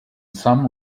some